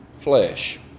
flesh